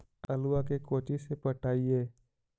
आलुआ के कोचि से पटाइए?